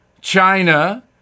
China